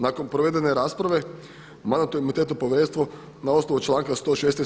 Nakon provedene rasprave Mandatno-imunitetno povjerenstvo na osnovu članka 116.